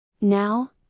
Now